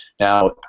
Now